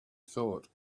thought